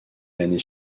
l’année